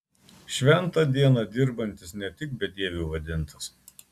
šventą dieną dirbantis ne tik bedieviu vadintas